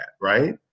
right